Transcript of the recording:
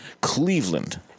Cleveland